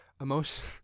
Emotion